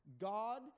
God